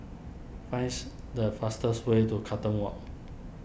finds the fastest way to Carlton Walk